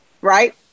right